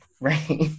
right